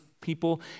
people